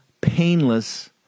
painless